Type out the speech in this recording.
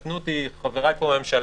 יתקנו אותי חבריי פה מהממשלה,